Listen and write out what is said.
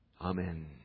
Amen